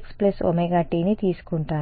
jkxωt ని తీసుకుంటాను